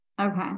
Okay